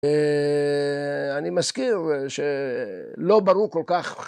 ‫אני מזכיר שלא ברור כל כך...